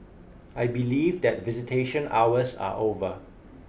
I believe that visitation hours are over